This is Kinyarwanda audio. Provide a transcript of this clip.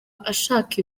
ashaka